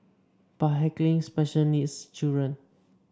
but heckling special needs children